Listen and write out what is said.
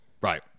Right